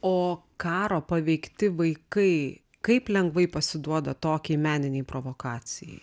o karo paveikti vaikai kaip lengvai pasiduoda tokiai meninei provokacijai